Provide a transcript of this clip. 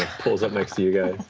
pulls up next to you guys.